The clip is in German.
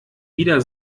wieder